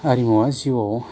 हारिमुआ जिउआव